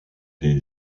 des